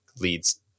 leads